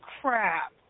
crap